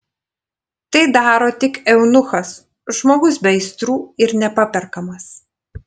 tai daro tik eunuchas žmogus be aistrų ir nepaperkamas